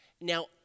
Now